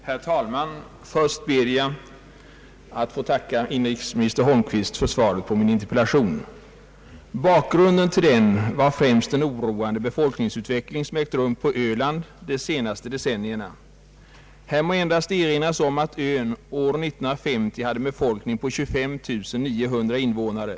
Herr talman! Jag ber att få tacka inrikesminister Holmqvist för svaret på min interpellation. Bakgrunden till denna var främst den oroande befolkningsutveckling som ägt rum på Öland de senaste decennierna. Här må endast erinras om att ön år 1950 hade en befolkning på 25 900 invånare.